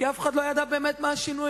כי אף אחד לא ידע באמת מה השינויים.